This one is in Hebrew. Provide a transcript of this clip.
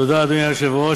תודה, אדוני היושב-ראש.